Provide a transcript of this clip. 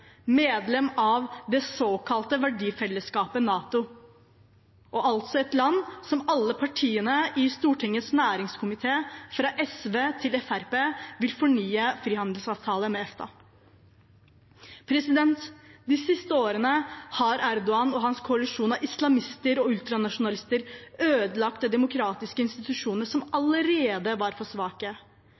medlem av det såkalte verdifellesskapet NATO og altså et land som alle partiene i Stortingets næringskomité, fra SV til Fremskrittspartiet, vil fornye frihandelsavtalen med EFTA med. De siste årene har Erdogan og hans koalisjon av islamister og ultranasjonalister ødelagt demokratiske institusjoner som allerede var for svake.